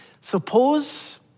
Suppose